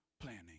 planning